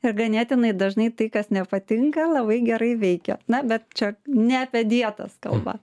ir ganėtinai dažnai tai kas nepatinka labai gerai veikia na bet čia ne apie dietas kalba